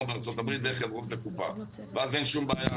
בארה"ב דרך חברות הקופה ואז אין שום בעיה,